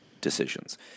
decisions